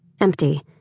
Empty